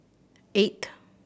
eight